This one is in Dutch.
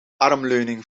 armleuning